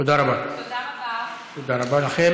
תודה רבה, אדוני